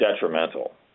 detrimental